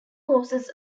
horses